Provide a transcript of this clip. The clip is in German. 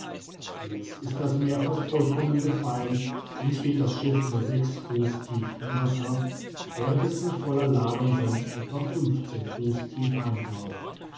jetzt ist das meer fast vollkommen gefallen und steht das schiff nur sechs fuß tief im wasser während es bei voller ladung sonst etwa fünfzehn fuß tief eintaucht